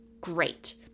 great